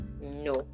no